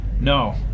No